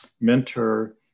mentor